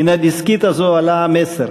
מן הדסקית הזאת עלה המסר: